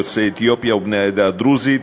יוצאי אתיופיה ובני העדה הדרוזית,